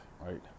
right